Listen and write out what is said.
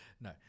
no